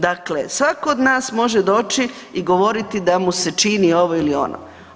Dakle, svatko od nas može doći i govoriti da mu se čini ovo ili ono.